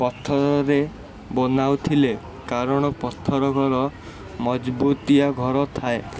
ପଥରରେ ବନାଉଥିଲେ କାରଣ ପଥର ଘର ମଜଭୁତିଆ ଘର ଥାଏ